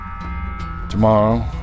Tomorrow